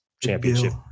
championship